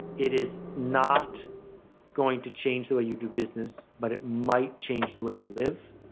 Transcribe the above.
it is not going to change the way you do business but it might change the way you live.